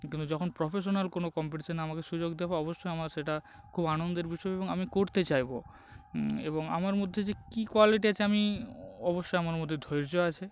কিন্তু আমি যখন প্রফেশনাল কোনো কম্পিটিশনে আমাকে সুযোগ দেবে অবশ্যই আমার সেটা খুব আনন্দের বিষয় হবে এবং আমি করতে চাইব এবং আমার মধ্যে যে কি কোয়ালিটি আছে আমি অবশ্যই আমার মধ্যে ধৈর্য আছে